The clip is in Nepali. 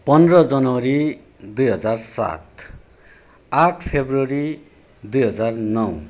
पन्ध्र जनवरी दुई हजार सात आठ फेब्रुअरी दुई हजार नौ